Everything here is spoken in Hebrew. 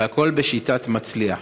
והכול בשיטת "מצליח",